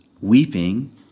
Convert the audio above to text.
weeping